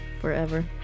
forever